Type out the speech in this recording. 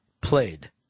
played